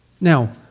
Now